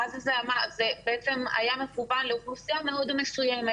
ואז זה בעצם היה מכוון לאוכלוסייה מאוד מסוימת.